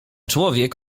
człowiek